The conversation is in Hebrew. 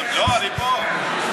לא, אני פה.